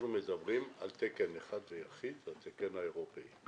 אנחנו מדברים על תקן אחד ויחיד והוא התקן האירופי.